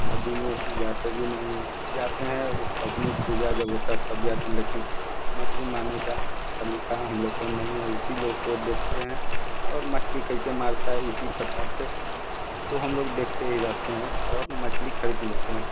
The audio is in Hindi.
नदी में जाते भी नहीं है जाते हैं अपनी पूजा जब होता है तब जाते हैं लेकिन मछली मारने का तरीका हम लोग को नहीं है उसी लोग को देखते हैं और मछली कैसे मारता है इसी प्रकार से तो हम लोग देखते ही रहते हैं और मछली खरीद लेते हैं